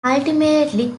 ultimately